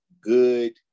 good